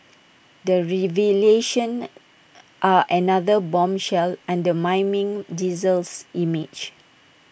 the revelations are another bombshell undermining diesel's image